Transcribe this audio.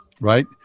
right